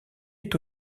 est